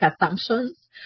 assumptions